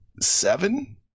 seven